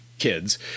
Kids